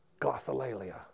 Glossolalia